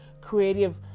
creative